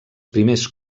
primers